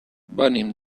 venim